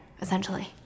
essentially